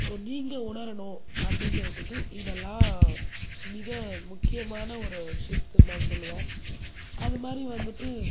so நீங்கள் உணரணும் அப்படிங்கறதுக்கு இதெல்லாம் மிக முக்கியமான ஒரு டிப்ஸ்னு நான் சொல்லுவேன் அதுமாதிரி வந்துவிட்டு